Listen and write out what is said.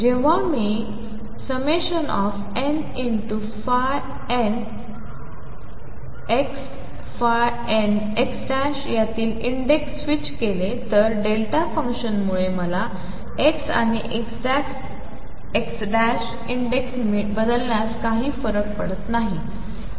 जेव्हा मी nnxnx यातिल इंडेक्स स्विच केले तर डेल्टा फंक्शनमुळे मी x आणि x इंडेक्स बदलल्यास काही फरक पडत नाही